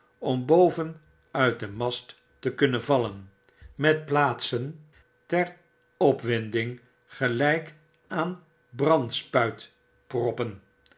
om boven uit den mast te kunnen vallen met plaatsen ter opwinding gelgk aan brandsuitproppen